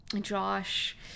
Josh